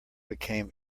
became